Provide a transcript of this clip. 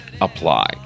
apply